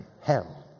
hell